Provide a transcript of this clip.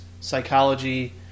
psychology